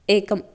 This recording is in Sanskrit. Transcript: एकम्